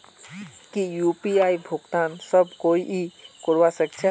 की यु.पी.आई भुगतान सब कोई ई करवा सकछै?